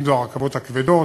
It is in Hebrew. אם אלה הרכבות הכבדות,